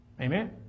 Amen